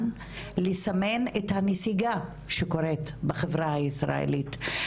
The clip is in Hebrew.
לסמן את הנסיגה שקורית בחברה הישראלית.